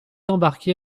embarqué